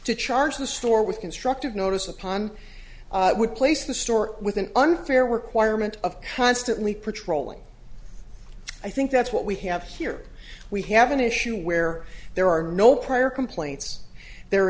to charge the store with constructive notice upon would place the store with an unfair were quire ment of constantly pretrial and i think that's what we have here we have an issue where there are no prior complaints there